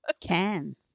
cans